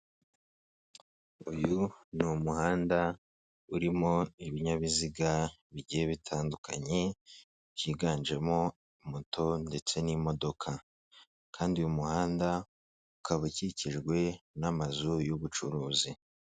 Uyu ni umuhanda urimo ibinyabiziga bigiye bitandukanye, byiganjemo moto ndetse n'imodoka, kandi uyu muhanda ukaba ukikijwe n'amazu y'ubucuruzi.